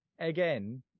again